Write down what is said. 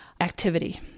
activity